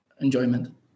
enjoyment